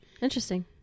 Interesting